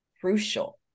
crucial